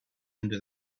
into